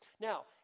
Now